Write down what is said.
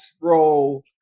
role